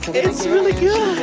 it's really